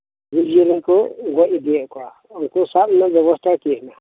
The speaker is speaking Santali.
ᱡᱤᱵ ᱡᱤᱭᱟᱹᱞᱤᱠᱩ ᱜᱚᱡ ᱤᱫᱤᱭᱮᱫ ᱠᱚᱣᱟ ᱩᱱᱠᱩ ᱥᱟᱵᱨᱮᱱᱟᱜ ᱵᱮᱵᱚᱥᱛᱟ ᱪᱮᱫ ᱢᱮᱱᱟᱜ ᱟ